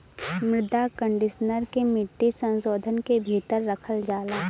मृदा कंडीशनर के मिट्टी संशोधन के भीतर रखल जाला